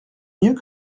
mieux